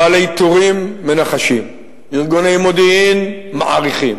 בעלי טורים מנחשים, ארגוני מודיעין מעריכים.